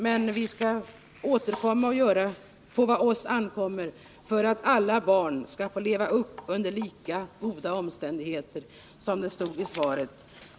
Men vi skall återkomma och göra vad på oss ankommer för att alla barn skall få växa upp under lika goda omständigheter, som det stod i svaret.